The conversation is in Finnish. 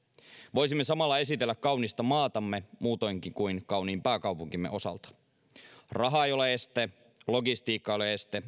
voisimme samalla esitellä kaunista maatamme muutoinkin kuin kauniin pääkaupunkimme osalta raha ei ole este logistiikka ei ole este